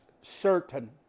certain